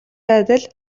байдал